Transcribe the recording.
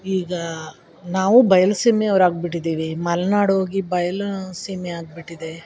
ಈಗ ನಾವು ಬಯಲು ಸೀಮೆ ಅವ್ರು ಆಗಿಬಿಟ್ಟಿದ್ದೀವಿ ಮಲ್ನಾಡು ಹೋಗಿ ಬಯಲು ಸೀಮೆ ಆಗಿಬಿಟ್ಟಿದೆ